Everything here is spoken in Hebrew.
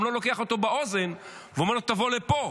גם לא לוקח אותו באוזן ואומר לו: תבוא לפה.